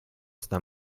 sta